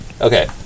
Okay